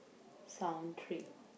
some three